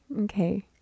okay